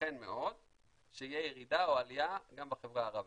ייתכן מאוד שתהיה ירידה או עלייה גם בחברה הערבית.